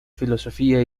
filosofía